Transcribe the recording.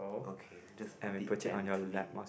okay just put it gently